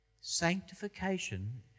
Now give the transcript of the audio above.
Sanctification